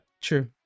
true